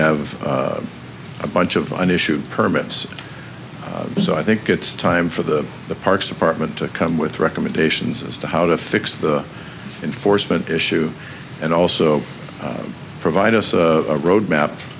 have a bunch of an issue permits so i think it's time for the the parks department to come with recommendations as to how to fix the enforcement issue and also provide us a road map